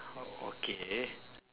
o~ okay